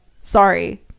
sorry